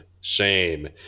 shame